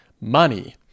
Money